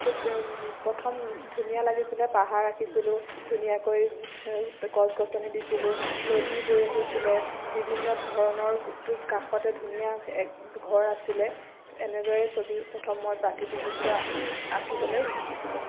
ত প্ৰথম ধুনীয়া লাগিছিলে পাহাৰ আঁকিছিলোঁ ধুনীয়াকৈ গছ গছনি দিছিলোঁ নদী বৈ আহিছিলে বিভিন্ন ধৰণৰ কাষতে ধুনীয়া ঘৰ আছিলে এনেদৰে ছবি প্ৰথম মই প্ৰাকৃতিক দৃশ্য আঁকিবলৈ শিকিছিলোঁ